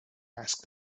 asked